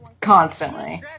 Constantly